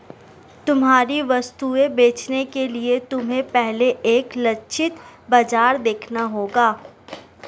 तुम्हारी वस्तुएं बेचने के लिए तुम्हें पहले एक लक्षित बाजार देखना होगा